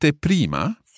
prima